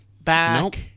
back